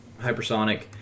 hypersonic